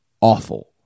awful